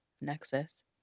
Nexus